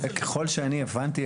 ככל שאני הבנתי,